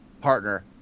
partner